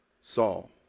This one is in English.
Saul